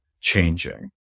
changing